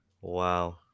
Wow